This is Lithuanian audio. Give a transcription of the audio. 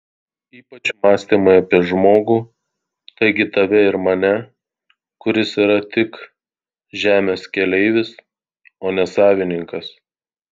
ypač mąstymai apie žmogų taigi tave ir mane kuris yra tik žemės keleivis o ne savininkas